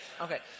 Okay